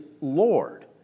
Lord